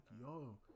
yo